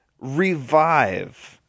revive